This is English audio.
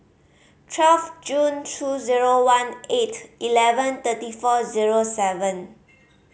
twelve June two zero one eight eleven thirty four zero seven